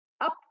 Up